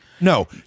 no